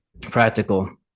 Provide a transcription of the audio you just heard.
practical